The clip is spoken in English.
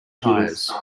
tires